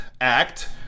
act